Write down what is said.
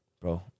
Bro